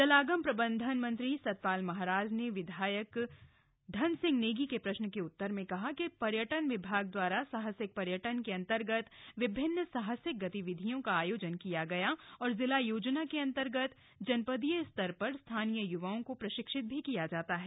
जलागम प्रबंधन मंत्री सतपाल महाराज ने विधायक धन सिंह नेगी के प्रश्न के उत्तर में कहा कि पर्यटन विभाग द्वारा साहसिक पर्यटन के अंतर्गत विभिन्न साहसिक गतिविधियों का आयोजन किया गया और जिला योजना के अंतर्गत जनपदीय स्तर पर स्थानीय य्वाओं को प्रशिक्षित किया जाता है